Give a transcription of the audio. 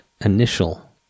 initial